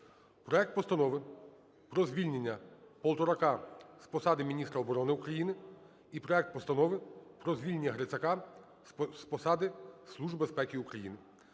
проект Постанови про звільнення Полторака з посади міністра оборони України і проект Постанови про звільнення Грицака з посади Голови Служби безпеки України.